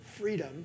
freedom